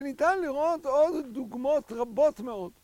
‫ניתן לראות עוד דוגמות רבות מאוד.